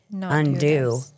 undo